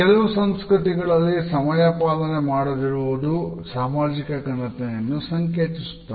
ಕೆಲವು ಸಂಸ್ಕೃತಿಗಳಲ್ಲಿ ಸಮಯಪಾಲನೆ ಮಾಡದಿರುವುದು ಸಾಮಾಜಿಕ ಘನತೆಯನ್ನು ಸಂಕೇತಿಸುತ್ತದೆ